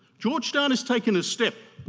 georgetown has taken a step